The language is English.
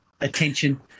attention